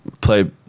play